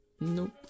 Nope